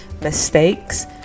mistakes